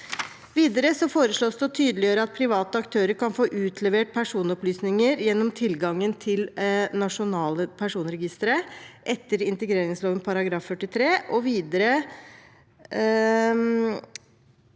Videre foreslås det å tydeliggjøre at private aktører kan få utlevert personopplysninger gjennom tilgangen til nasjonale personregistre etter integreringsloven § 43.